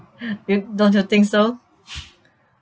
you don't you think so